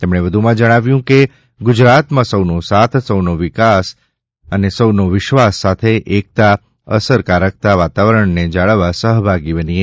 તેમણે વધુમાં જણાવ્યું છે કે ગુજરાતમાં સૌનો સાથ સૌનો વિશ્વાસ સાથે એકતા અસરકારતાના વાતાવરણને જાળવવા સહભાગી બનીએ